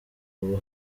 ubu